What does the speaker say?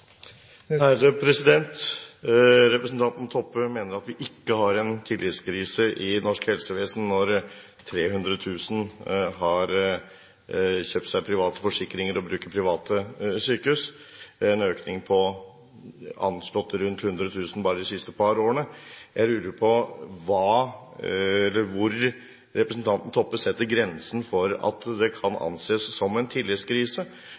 tillitskrise i norsk helsevesen når 300 000 har kjøpt seg private forsikringer og bruker private sykehus – en økning på anslagsvis rundt 100 000 bare de siste par årene. Jeg lurer på hvor representanten Toppe setter grensen for at det kan anses som en tillitskrise?